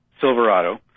Silverado